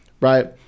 right